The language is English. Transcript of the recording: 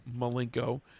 malenko